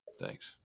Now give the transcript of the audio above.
Thanks